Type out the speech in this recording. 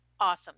awesome